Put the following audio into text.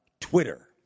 Twitter